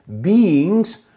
beings